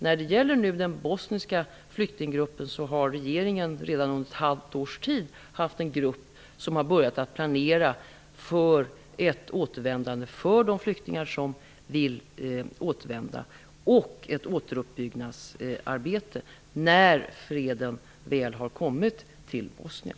När det gäller de bosniska flyktingarna har det under ett halvt års tid funnits en grupp som har börjat att planera för ett återvändande för de flyktingar som vill återvända och för ett återuppbyggnadsarbete när freden väl har kommit till Bosnien.